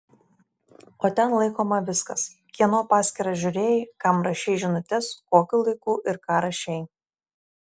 o ten laikoma viskas kieno paskyrą žiūrėjai kam rašei žinutes kokiu laiku ir ką rašei